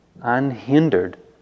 unhindered